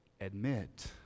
Admit